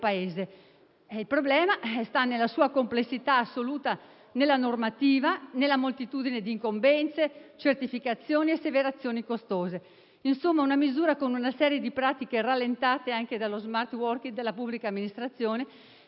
Il problema sta nella sua complessità assoluta, nella normativa, nella moltitudine di incombenze, certificazioni e asseverazioni costose. È una misura con una serie di pratiche rallentate anche dallo *smart working* nella pubblica amministrazione e che